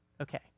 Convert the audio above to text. okay